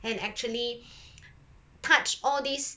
and actually touch all these